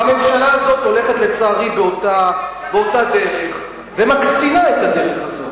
והממשלה הזאת הולכת לצערי באותה דרך ומקצינה את הדרך הזאת.